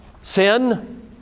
sin